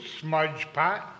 Smudgepot